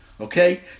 okay